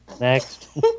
Next